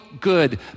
good